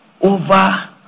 Over